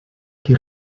qui